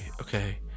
okay